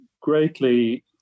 greatly